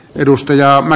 puhujalistaan